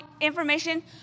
information